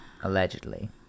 Allegedly